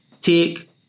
take